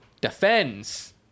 defends